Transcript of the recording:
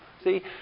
See